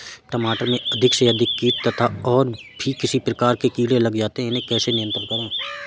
टमाटर में अधिक से अधिक कीट तथा और भी प्रकार के कीड़े लग जाते हैं इन्हें कैसे नियंत्रण करें?